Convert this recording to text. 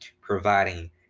providing